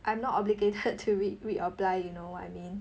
I am not obligated to read or reply you know what I mean